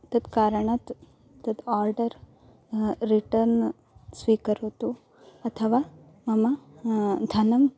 तत् कारणात् तत् आर्डर् रिटन् स्वीकरोतु अथवा मम धनं